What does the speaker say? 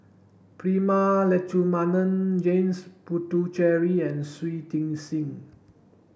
Prema Letchumanan James Puthucheary and Shui Tit Sing